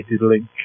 link